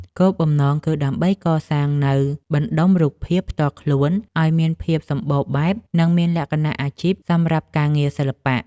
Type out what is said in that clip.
គោលបំណងគឺដើម្បីកសាងនូវបណ្ដុំរូបភាព ផ្ទាល់ខ្លួនឱ្យមានភាពសម្បូរបែប និងមានលក្ខណៈអាជីពសម្រាប់ការងារសិល្បៈ។